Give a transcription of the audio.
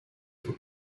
for